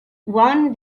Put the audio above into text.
won